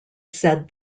said